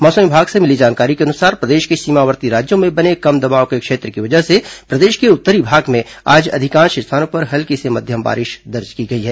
मौसम विभाग से मिली जानकारी के अनुसार प्रदेश के सीमावर्ती राज्यों में बने कम दबाव के क्षेत्र की वजह से प्रदेश के उत्तरी भाग में आज अधिकांश स्थानों पर हल्की से मध्यम बारिश दर्ज की गई है